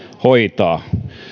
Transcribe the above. hoitaa